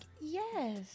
yes